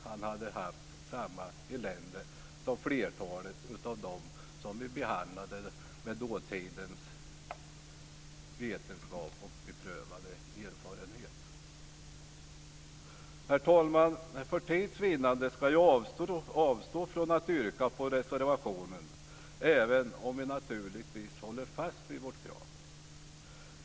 Han hade haft samma elände som flertalet av dem som blev behandlade enligt dåtidens vetenskap och beprövade erfarenhet. Herr talman! För tids vinnande ska jag avstå från att yrka bifall till reservationen även om vi naturligtvis håller fast vid vårt krav.